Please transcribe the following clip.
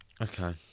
Okay